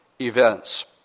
events